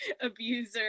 abuser